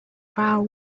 vow